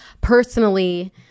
personally